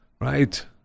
Right